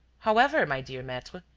however, my dear maitre,